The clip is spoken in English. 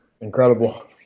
Incredible